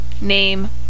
name